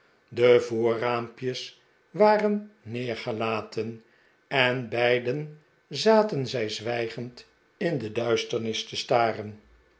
de voorraampjes waren neergelaten en beiden zaten zij zwijgend in de duisternis te staren